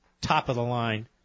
top-of-the-line